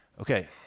Okay